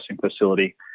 facility